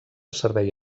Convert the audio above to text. servei